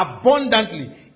abundantly